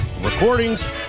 recordings